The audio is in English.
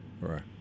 right